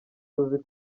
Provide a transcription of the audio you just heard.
azi